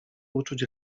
uczuć